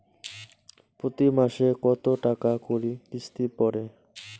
প্রতি মাসে কতো টাকা করি কিস্তি পরে?